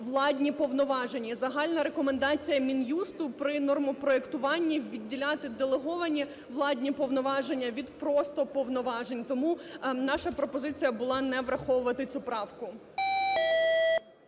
владні повноваження. І загальна рекомендація Мін'юсту при нормопроектуванні – відділяти "делеговані владні повноваження" від просто "повноважень", тому наша пропозиція була не враховувати цю правку.